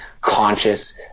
conscious